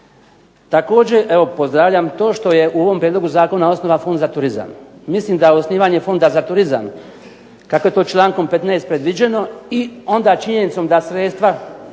Također evo pozdravljam to što je u ovom prijedlogu zakona osnovan Fond za turizam. Mislim da osnivanje Fonda za turizam, kako je to člankom 15. predviđeno i onda činjenicom da sredstva